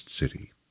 city